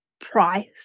price